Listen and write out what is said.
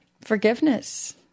forgiveness